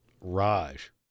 Raj